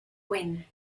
wen